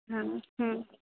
हँ हुँ